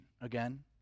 again